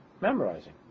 memorizing